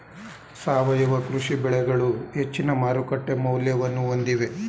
ಸಾವಯವ ಕೃಷಿ ಬೆಳೆಗಳು ಹೆಚ್ಚಿನ ಮಾರುಕಟ್ಟೆ ಮೌಲ್ಯವನ್ನು ಹೊಂದಿವೆ